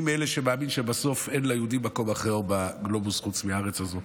אני מאלה שמאמינים שבסוף אין ליהודים מקום אחר בגלובוס חוץ מהארץ הזו,